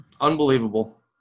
unbelievable